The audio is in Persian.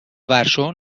ورشو